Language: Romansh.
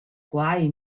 quai